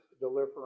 delivering